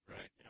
Right